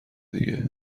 دیگه